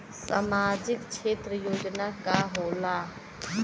सामाजिक क्षेत्र योजना का होला?